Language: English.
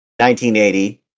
1980